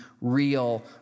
real